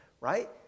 right